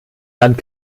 land